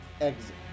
exit